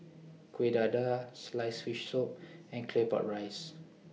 Kuih Dadar Sliced Fish Soup and Claypot Rice